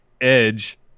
Edge